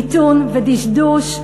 מיתון ודשדוש.